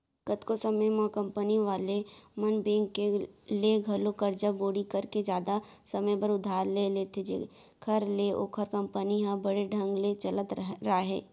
कतको समे म कंपनी वाले मन बेंक ले घलौ करजा बोड़ी करके जादा समे बर उधार ले लेथें जेखर ले ओखर कंपनी ह बने ढंग ले चलत राहय